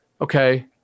okay